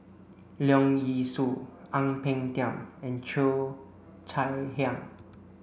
Leong Yee Soo Ang Peng Tiam and Cheo Chai Hiang